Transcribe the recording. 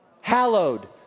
hallowed